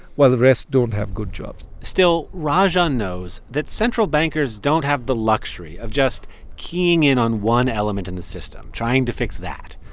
while the rest don't have good jobs? still, rajan knows that central bankers don't have the luxury of just keying in on one element in the system, trying to fix that.